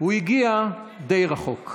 הוא הגיע די רחוק".